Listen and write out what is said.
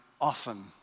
often